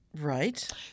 Right